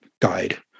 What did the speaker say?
guide